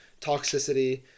toxicity